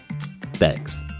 thanks